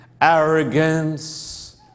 arrogance